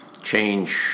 change